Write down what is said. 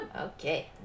Okay